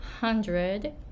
hundred